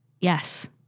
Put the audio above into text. Yes